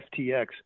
FTX